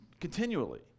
continually